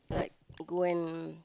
like go and